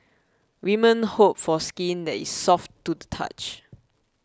women hope for skin that is soft to the touch